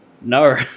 No